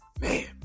man